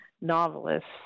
novelists